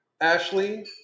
Ashley